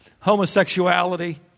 homosexuality